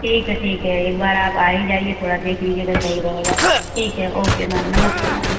ठीक है ठीक है एक बार आप आ ही जाइए थोड़ा देख लीजिएगा सही रहेगा ठीक है ओके मैम नमस्ते मैम